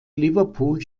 liverpool